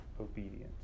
obedience